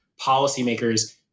policymakers